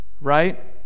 right